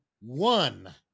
One